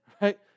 right